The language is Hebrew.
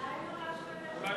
אולי,